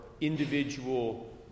individual